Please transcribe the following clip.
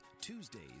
tuesdays